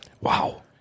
Wow